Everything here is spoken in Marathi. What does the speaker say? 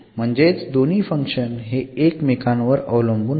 म्हणजेच दोन्ही फंक्शन हे एकमेकांवर अवलंबून आहेत